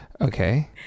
Okay